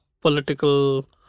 political